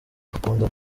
akunda